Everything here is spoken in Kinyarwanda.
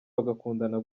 bagakundana